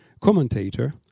commentator